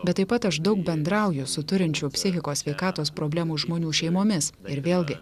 bet taip pat aš daug bendrauju su turinčių psichikos sveikatos problemų žmonių šeimomis ir vėlgi